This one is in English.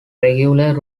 regular